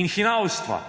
in hinavstva.